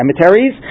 cemeteries